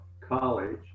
college